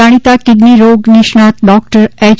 જાણીતા કીડની રોગ નિષ્ણાત ડૉકટર એચ